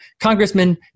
Congressman